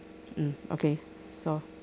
mm okay so